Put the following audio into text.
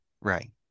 Right